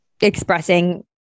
expressing